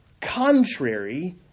contrary